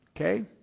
Okay